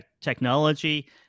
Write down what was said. technology